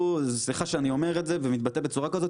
סליחה שאני אומר את זה ומתבטא בצורה כזאת,